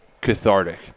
cathartic